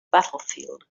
battlefield